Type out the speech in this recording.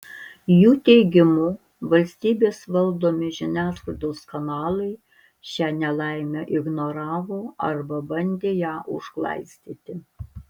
jų teigimu valstybės valdomi žiniasklaidos kanalai šią nelaimę ignoravo arba bandė ją užglaistyti